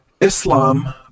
islam